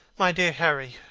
my dear harry,